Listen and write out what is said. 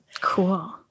Cool